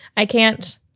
i can't.